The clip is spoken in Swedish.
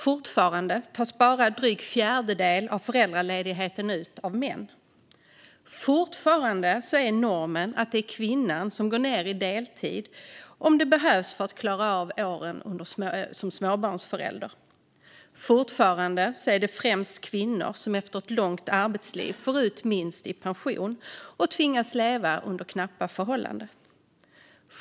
Fortfarande tas bara en dryg fjärdedel av föräldraledigheten ut av män. Fortfarande är normen att det är kvinnan som går ned till deltid om det behövs för att klara av åren som småbarnsföräldrar. Fortfarande är det främst kvinnor som efter ett långt arbetsliv får ut lite i pension och tvingas leva under knappa förhållanden.